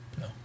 No